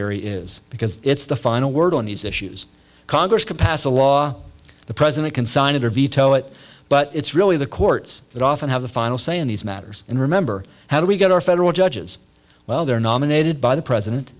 judiciary is because it's the final word on these issues congress can pass a law the president can sign it or veto it but it's really the courts that often have the final say in these matters and remember how do we get our federal judges well they're nominated by the president